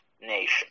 nation